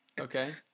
Okay